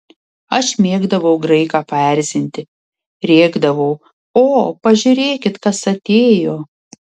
aš mėgdavau graiką paerzinti rėkdavau o pažiūrėkit kas atėjo